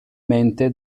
mente